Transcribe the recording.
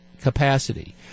capacity